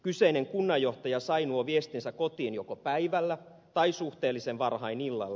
kyseinen kunnanjohtaja sai nuo viestinsä kotiin joko päivällä tai suhteellisen varhain illalla